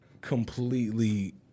completely